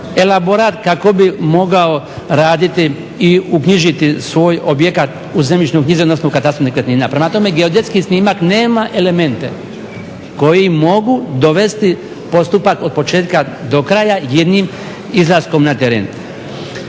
elaborat kako bi mogao raditi i uknjižiti svoj objekat u katastru nekretnina. Prema tome geodetski snimak nema elemente koji mogu dovesti postupak od početka do kraja jednim izlaskom na teren.